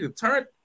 turn